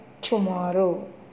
tomorrow